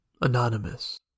Anonymous